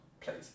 please